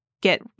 get